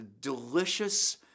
delicious